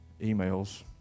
Emails